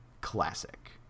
Classic